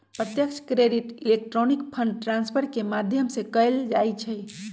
प्रत्यक्ष credit electronic fund transfer के माध्यम से कएल जाइ छइ